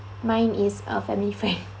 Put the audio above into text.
mine is uh family fare